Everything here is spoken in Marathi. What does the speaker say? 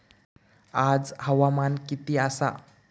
आज हवामान किती आसा?